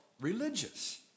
religious